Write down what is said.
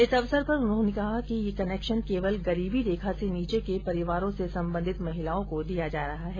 इस अवसर पर उन्होंने कहा कि ये कनेक्शन केवल गरीबी रेखा से नीचे के परिवारों से सम्बंधित महिलाओं को दिया जा रहा है